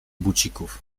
bucików